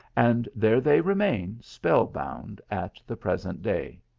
and there they remain spell-bound at the present day.